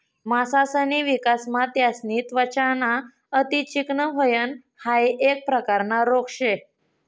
मासासनी विकासमा त्यासनी त्वचा ना अति चिकनं व्हयन हाइ एक प्रकारना रोग शे